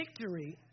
victory